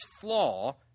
flaw